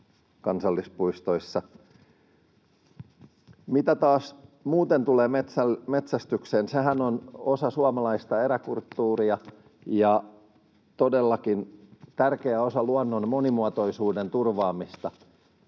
kansallispuistoissa. Mitä taas muuten tulee metsästykseen, sehän on osa suomalaista eräkulttuuria ja todellakin tärkeä osa luonnon monimuotoisuuden turvaamista.